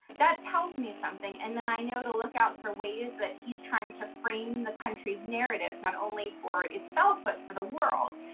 that tells me something and i know to look out for ways that he is trying to frame the country's narrative, not only for itself but for the world.